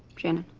shannon.